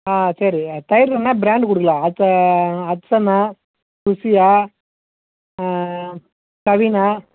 ஆ சரி தயிர்ல என்ன ப்ராண்டு கொடுக்கலாம் ஹட்ச ஹட்சனா ருசியா கவினா